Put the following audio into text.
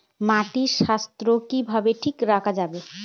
মাটির স্বাস্থ্য কিভাবে ঠিক রাখা যায়?